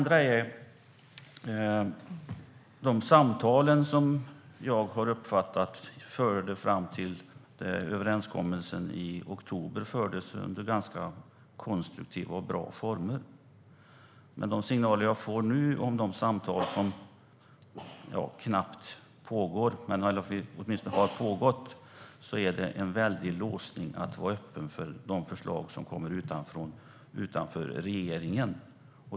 De samtal som ledde fram till överenskommelsen i oktober fördes under ganska konstruktiva och bra former. Men de signaler jag får nu om de samtal som åtminstone har pågått - de pågår väl knappt nu - handlar om att man är väldigt låst när det gäller att vara lyhörd för förslag som kommer från dem som är utanför regeringen.